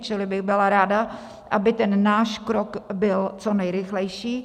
Čili bych byla ráda, aby náš krok byl co nejrychlejší.